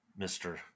Mr